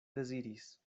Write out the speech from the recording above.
deziris